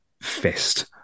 fist